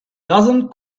dozen